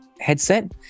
headset